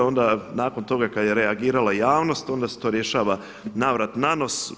Onda nakon toga kad je reagirala javnost onda se to rješava na vrat, na nos.